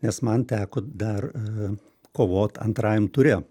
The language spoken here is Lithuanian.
nes man teko dar kovot antrajam ture